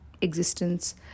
existence